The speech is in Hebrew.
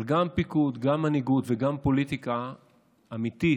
אבל גם בפיקוד, גם במנהיגות וגם בפוליטיקה אמיתית,